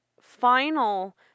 final